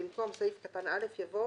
(1)במקום סעיף קטן (א) יבוא: